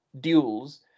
duels